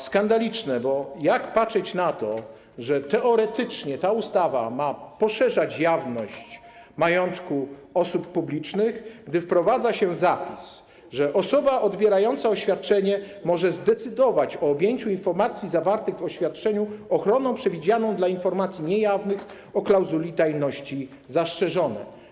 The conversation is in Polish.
Skandaliczne, bo jak patrzeć na to, że teoretycznie ta ustawa ma poszerzać jawność majątku osób publicznych, skoro wprowadza się zapis, że osoba odbierająca oświadczenie może zdecydować o objęciu informacji zawartych w oświadczeniu ochroną przewidzianą dla informacji niejawnych o klauzuli tajności „zastrzeżone”